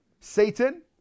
Satan